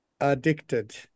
addicted